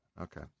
Okay